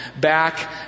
back